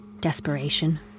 desperation